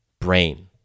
brain